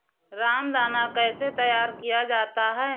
रामदाना कैसे तैयार किया जाता है?